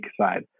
side